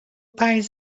پنج